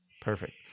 Perfect